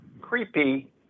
creepy